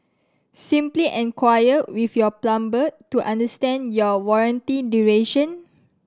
simply enquire with your plumber to understand your warranty duration